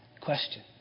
Question